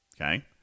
Okay